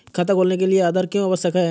खाता खोलने के लिए आधार क्यो आवश्यक है?